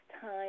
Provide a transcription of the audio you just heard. time